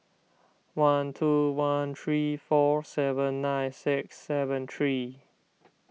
one two one three four seven nine six seven three